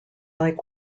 like